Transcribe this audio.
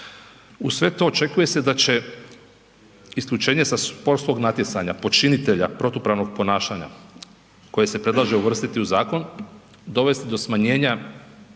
Uz sve to, očekuje se da će isključenje sa sportskog natjecanja počinitelja protupravnog ponašanja koje se predlaže uvrstiti u zakon, dovesti do smanjenja